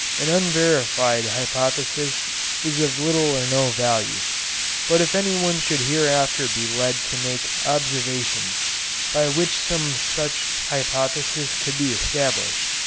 an unverified hypothesis is of little or no value but if anyone should hereafter be led to make observations by which some such hypothesis could be established,